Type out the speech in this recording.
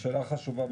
שאלה חשובה.